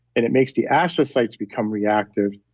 and it makes the astrocytes become reactive.